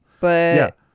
but-